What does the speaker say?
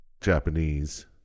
Japanese